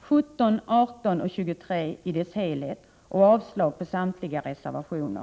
17, 18 och 23 samt avslag på samtliga reservationer.